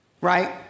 right